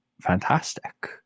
fantastic